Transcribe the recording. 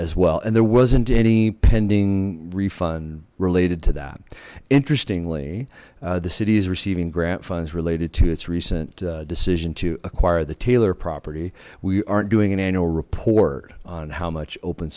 as well and there wasn't any pending refund related to that interestingly the city is receiving grant funds related to its recent decision to acquire the taylor property we aren't doing an annual report on how much open